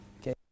okay